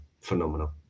phenomenal